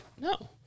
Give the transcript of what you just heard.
No